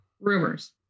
rumors